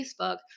Facebook